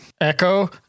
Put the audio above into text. Echo